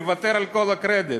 מוותר על כל הקרדיט.